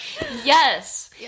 Yes